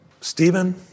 Stephen